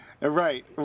Right